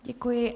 Děkuji.